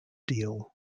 deal